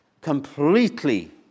completely